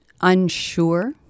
unsure